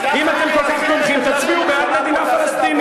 אם אתם כל כך תומכים, תצביעו בעד מדינה פלסטינית.